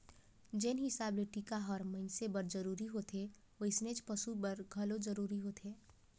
जेन हिसाब ले टिका हर मइनसे बर जरूरी होथे वइसनेच पसु बर घलो जरूरी होथे